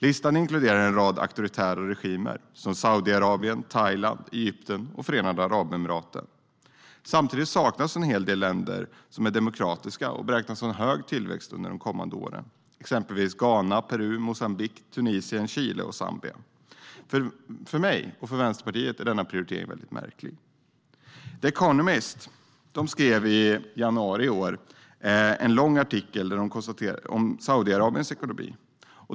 Listan inkluderar en rad auktoritära regimer, som Saudiarabien, Thailand, Egypten och Förenade Arabemiraten. Samtidigt saknas en hel del demokratiska länder som beräknas ha en hög tillväxt under de kommande åren, exempelvis Ghana, Peru, Moçambique, Tunisien, Chile och Zambia. För mig och Vänsterpartiet är denna prioritering väldigt märklig. The Economist skrev i januari i år en lång artikel om Saudiarabiens ekonomi.